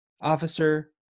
Officer